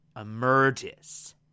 emerges